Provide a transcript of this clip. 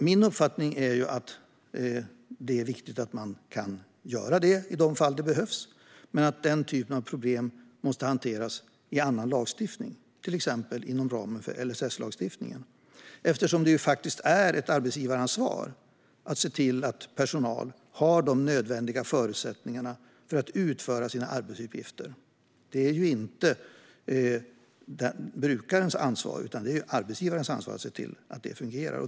Min uppfattning är att det är viktigt att kunna göra det i de fall det behövs men att den typen av problem måste hanteras i annan lagstiftning, till exempel inom ramen för LSS-lagstiftningen, eftersom det är ett arbetsgivaransvar att se till att personalen har de nödvändiga förutsättningarna att utföra sina uppgifter. Det är inte brukarens utan arbetsgivarens ansvar att se till att detta fungerar.